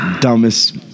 dumbest